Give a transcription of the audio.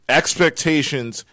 expectations